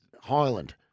Highland